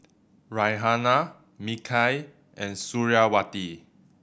Raihana Mikhail and Suriawati